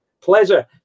Pleasure